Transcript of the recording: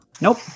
Nope